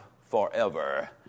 forever